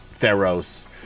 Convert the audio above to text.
Theros